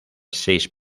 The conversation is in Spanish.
seis